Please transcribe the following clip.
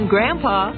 Grandpa